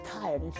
tired